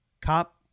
Cop